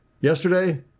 yesterday